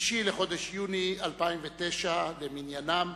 3 בחודש יוני 2009 למניינם.